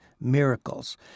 miracles